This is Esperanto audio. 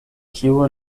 kiu